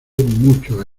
muchos